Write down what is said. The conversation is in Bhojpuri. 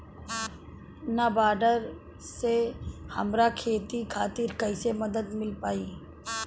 नाबार्ड से हमरा खेती खातिर कैसे मदद मिल पायी?